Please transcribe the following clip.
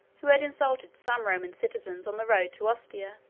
who had insulted some roman citizens on the road to ostia.